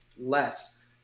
less